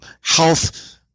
health